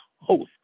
host